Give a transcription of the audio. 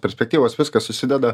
perspektyvos viskas susideda